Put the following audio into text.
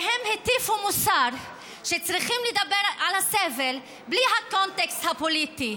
והן הטיפו מוסר שצריך לדבר על הסבל בלי הקונטקסט הפוליטי,